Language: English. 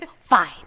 Fine